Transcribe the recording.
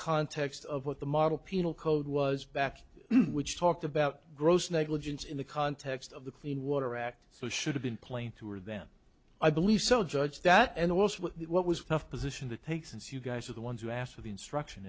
context of what the model penal code was back which talked about gross negligence in the context of the clean water act so it should have been plain who were then i believe so judge that and also what was tough position to take since you guys are the ones who asked for the instruction